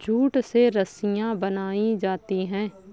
jute से रस्सियां बनायीं जाती है